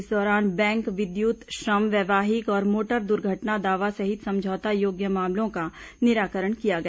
इस दौरान बैंक विद्युत श्रम वैवाहिक और मोटर दुर्घटना दावा सहित समझौता योग्य मामलों का निराकरण किया गया